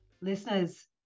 Listeners